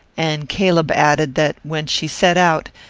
and caleb added, that, when she set out,